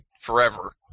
forever